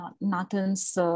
Nathan's